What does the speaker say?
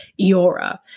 Eora